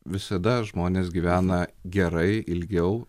visada žmonės gyvena gerai ilgiau